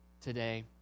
today